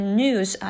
news